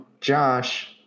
Josh